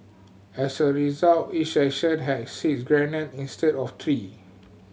as a result each section had six grenade instead of three